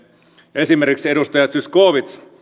esimerkiksi edustaja zyskowicz